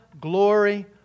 glory